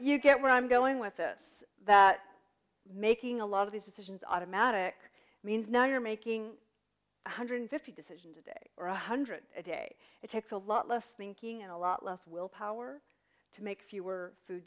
you get where i'm going with this that making a lot of these decisions automatic means now you're making one hundred fifty decision today or one hundred a day it takes a lot less thinking a lot less willpower to make fewer food